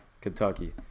kentucky